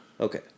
okay